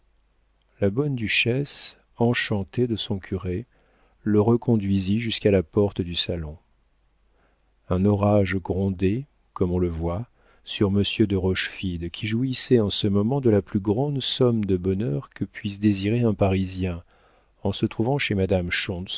la bonne duchesse enchantée de son curé le reconduisit jusqu'à la porte du salon un orage grondait comme on le voit sur monsieur de rochefide qui jouissait en ce moment de la plus grande somme de bonheur que puisse désirer un parisien en se trouvant chez madame